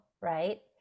right